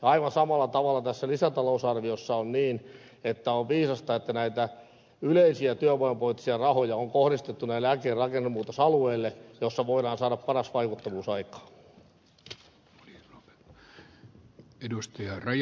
aivan samalla tavalla tässä lisätalousarviossa on niin että on viisasta että näitä yleisiä työvoimapoliittisia rahoja on kohdistettu näille äkillisen rakennemuutoksen alueille joissa voidaan saada paras vaikuttavuus aikaan